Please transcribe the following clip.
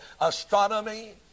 astronomy